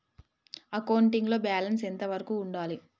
Accounting లో balance ఎంత వరకు ఉండాలి?